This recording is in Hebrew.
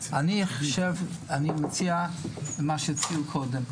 אני מציע מה שהצעתי קודם.